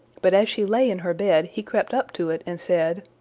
but as she lay in her bed, he crept up to it, and said,